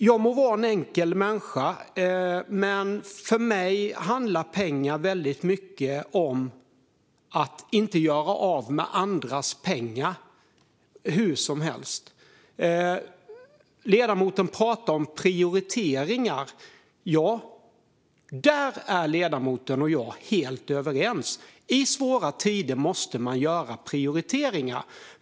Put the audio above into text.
Jag må vara en enkel människa, men för mig handlar ekonomi väldigt mycket om att inte göra av med andras pengar hur som helst. Ledamoten pratar om prioriteringar. Ja, där är ledamoten och jag helt överens. I svåra tider måste man göra prioriteringar.